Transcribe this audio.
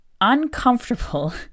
uncomfortable